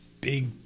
big